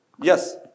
Yes